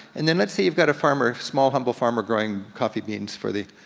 and then, let's say you've got a farmer, a small, humble farmer growing coffee beans for the,